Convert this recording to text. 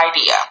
idea